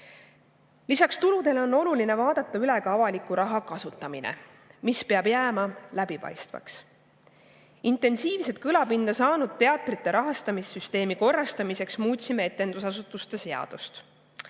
Lisaks tuludele on oluline vaadata üle ka avaliku raha kasutamine, mis peab jääma läbipaistvaks. Intensiivset kõlapinda saanud teatrite rahastamissüsteemi korrastamiseks muutsime etendusasutuste seadust.